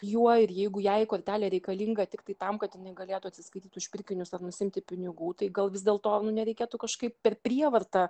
juo ir jeigu jai kortelė reikalinga tiktai tam kad galėtų atsiskaityt už pirkinius ar nusiimti pinigų tai gal vis dėlto nereikėtų kažkaip per prievartą